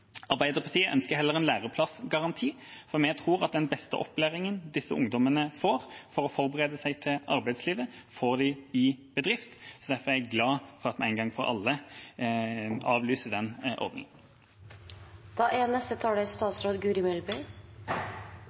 Arbeiderpartiet ønsker heller en læreplassgaranti, for vi tror at den beste opplæringen disse ungdommene får for å forberede seg til arbeidslivet, får de i bedrift. Derfor er jeg glad for at vi en gang for alle avlyser den